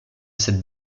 cette